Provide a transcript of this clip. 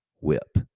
whip